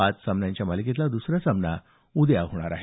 पाच सामन्यांच्या मालिकेतला दसरा सामना उद्या होणार आहे